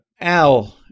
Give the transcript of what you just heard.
Al